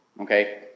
Okay